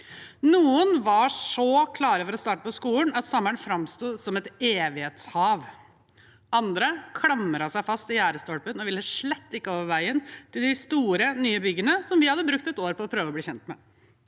Noen var så klare for å starte på skolen at sommeren framsto som et evighetshav. Andre klamret seg fast i gjerdestolpen og ville slett ikke over veien til de store, nye byggene, som vi hadde brukt et år på å prøve å bli kjent med.